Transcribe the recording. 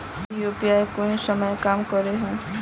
UPI कुंसम काम करे है?